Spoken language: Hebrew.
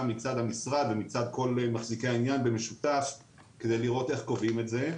מצד המשרד ומצד כל מחזיקי העניין במשותף כדי לראות איך קובעים את זה.